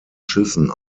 schüssen